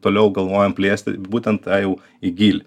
toliau galvojame plėsti būtent tą jau įgyti